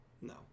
No